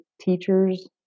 teachers